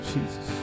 Jesus